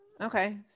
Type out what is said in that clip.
Okay